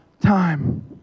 time